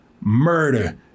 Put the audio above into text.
murder